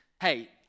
Hey